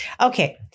Okay